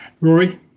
Rory